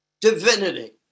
divinity